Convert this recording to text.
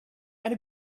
and